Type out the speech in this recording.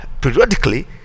periodically